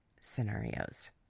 scenarios